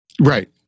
Right